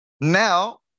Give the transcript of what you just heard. now